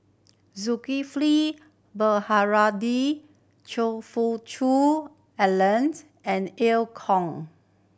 Zulkifli Baharudin Choe Fook Cheong Alan and Ear Kong